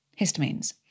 histamines